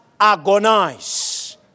agonize